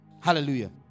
Hallelujah